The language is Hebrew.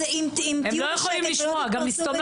הם לא יכולים לשמוע את זה.